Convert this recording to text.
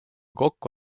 kokku